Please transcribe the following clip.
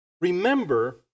Remember